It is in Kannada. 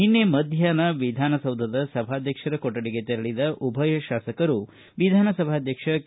ನಿನ್ನೆ ಮಧ್ಯಾಷ್ನ ವಿಧಾನಸೌಧದ ಸಭಾಧ್ಯಕ್ಷರ ಕೊಠಡಿಗೆ ತೆರಳಿದ ಉಭಯ ಶಾಸಕರು ವಿಧಾನಸಭಾಧ್ಯಕ್ಷ ಕೆ